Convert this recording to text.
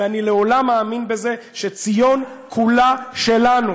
ואני לעולם מאמין בזה, שציון כולה שלנו.